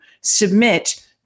submit